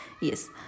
Yes